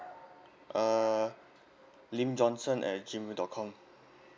uh lim johnson at G mail dot com